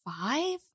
five